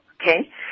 Okay